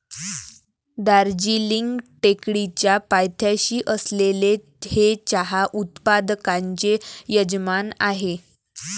दार्जिलिंग टेकडीच्या पायथ्याशी असलेले हे चहा उत्पादकांचे यजमान आहे